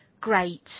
great